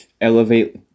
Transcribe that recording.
elevate